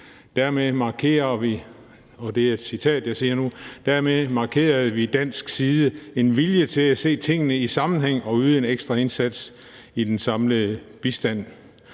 »Dermed markerede vi dansk vilje til at se tingene i sammenhæng og yde en ekstra indsats for miljøet i den samlede bistand.«